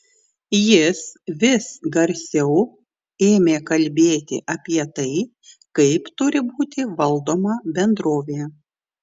jis vis garsiau ėmė kalbėti apie tai kaip turi būti valdoma bendrovė